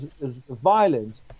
violence